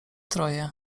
troje